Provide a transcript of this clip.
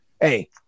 hey